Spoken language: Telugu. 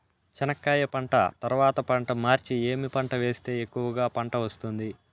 చెనక్కాయ పంట తర్వాత పంట మార్చి ఏమి పంట వేస్తే ఎక్కువగా పంట వస్తుంది?